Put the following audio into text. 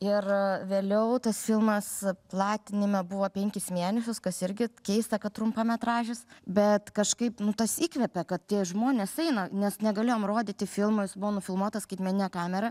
ir vėliau tas filmas platinime buvo penkis mėnesius kas irgi keista kad trumpametražis bet kažkaip nu tas įkvepia kad tie žmonės eina nes negalėjom rodyti filmas buvo nufilmuotas skaitmenine kamera